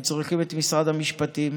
הם צריכים את משרד המשפטים,